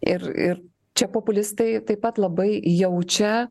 ir ir čia populistai taip pat labai jaučia